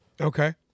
Okay